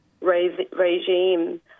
regime